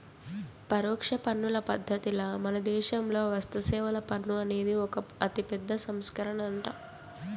పరోక్ష పన్నుల పద్ధతిల మనదేశంలో వస్తుసేవల పన్ను అనేది ఒక అతిపెద్ద సంస్కరనంట